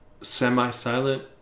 semi-silent